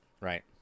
Right